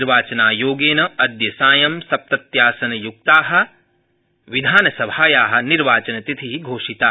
निर्वाचनायोगेन अद्य सायं सप्तत्यासनयुक्ताया विधानसभाया निर्वाचनतिथि घोषिता